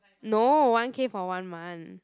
no one K for one month